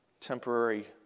temporary